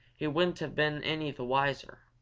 he wouldn't have been any the wiser,